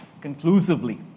conclusively